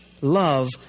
love